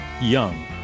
young